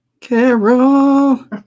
Carol